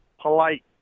polite